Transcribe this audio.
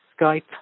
Skype